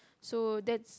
so that's